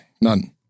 none